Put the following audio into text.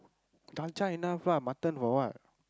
dalcha enough lah mutton for what